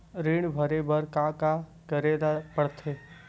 ऋण भरे बर का का करे ला परथे?